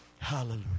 Hallelujah